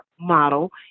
model